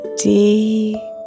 deep